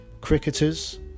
cricketers